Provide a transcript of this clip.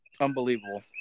Unbelievable